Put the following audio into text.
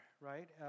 right